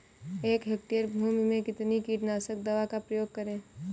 एक हेक्टेयर भूमि में कितनी कीटनाशक दवा का प्रयोग करें?